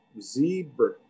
zebra